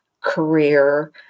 career